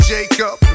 Jacob